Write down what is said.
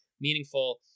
meaningful